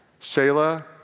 Shayla